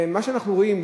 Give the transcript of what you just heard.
מה שאנחנו רואים,